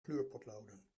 kleurpotloden